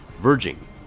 verging